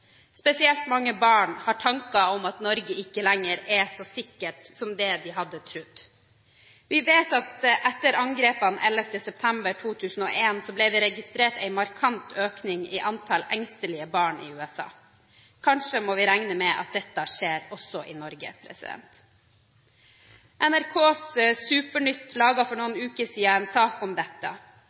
Spesielt mange barn har tanker om at Norge ikke lenger er så sikkert som det de hadde trodd. Vi vet at etter angrepene 11. september 2001 ble det registrert en markant økning i antall engstelige barn i USA. Kanskje må vi regne med at dette skjer også i Norge. NRKs Supernytt laget for noen uker siden en sak om dette.